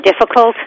difficult